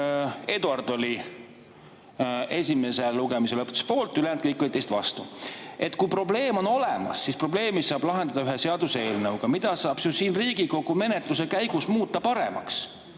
Eduard oli esimese lugemise lõpetamise poolt, ülejäänud kõik olid vastu. Kui probleem on olemas, siis probleemi saab lahendada seaduseelnõuga, mida saab ju siin Riigikogu menetluse käigus muuta paremaks,